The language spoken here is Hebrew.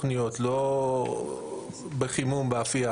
תוכנית הלימודים צומצמה ב-30% כדי לאפשר יותר למידה